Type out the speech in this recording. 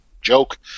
joke